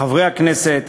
חברי הכנסת,